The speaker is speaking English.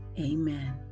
Amen